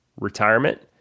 retirement